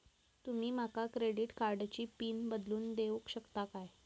तुमी माका क्रेडिट कार्डची पिन बदलून देऊक शकता काय?